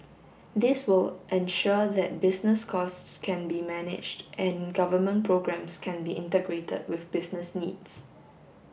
this will ensure that business costs can be managed and government programmes can be integrated with business needs